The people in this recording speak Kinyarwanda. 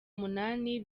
umunani